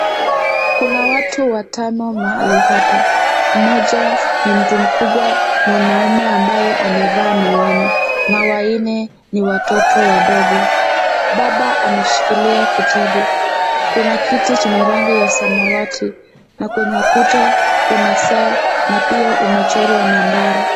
Kuna watu watano mahali hapa. Mmoja ni mtu mkubwa, mwanaume ambaye amevaa miwani na wanne ni watoto wadogo. Baba ameshikilia kitabu. Kuna kitu chenye rangi ya samawati na kwenye ukuta kuna saa na pia umechorwa nambari.